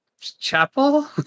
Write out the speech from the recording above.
Chapel